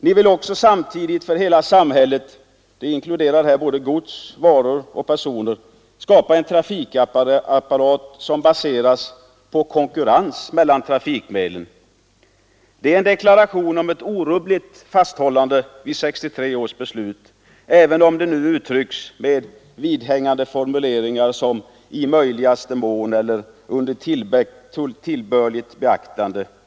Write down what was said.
Ni vill samtidigt för hela samhället — då inkluderas både godsoch persontrafik — skapa en trafikapparat som baseras på konkurrens mellan trafik medlen. Det är en deklaration om ett orubbligt fasthållande vid 1963 års beslut, även om det nu utbyggs med vidhängande formuleringar som ”i möjligaste mån” eller ”med tillbörligt beaktande”.